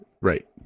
right